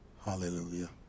Hallelujah